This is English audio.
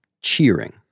cheering